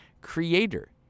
creator